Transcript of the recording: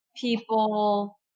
people